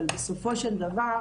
אבל בסופו של דבר,